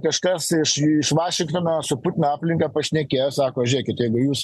kažkas iš iš vašingtono su putino aplinka pašnekėjo sako žiūrėkit jei jūs